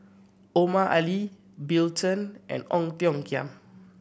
Omar Ali Bill Chen and Ong Tiong Khiam